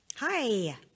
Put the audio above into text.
Hi